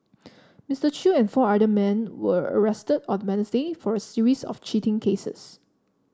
Mister Chew and four other men were arrested on the Wednesday for a series of cheating cases